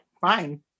fine